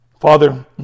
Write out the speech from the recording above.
Father